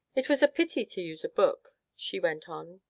it was a pity to use a book, she went on,